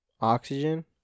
oxygen